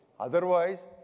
Otherwise